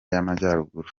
y’amajyaruguru